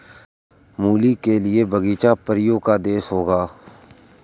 मूली के लिए बगीचा परियों का देश होगा